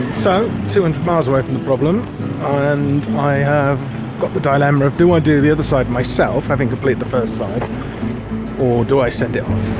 so, two hundred and miles away from the problem and i have got the dilemma of do i do the other side myself having completed the first side or do i send it